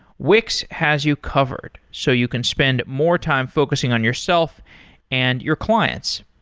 wix has you covered, so you can spend more time focusing on yourself and your clients.